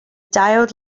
diode